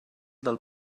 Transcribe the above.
del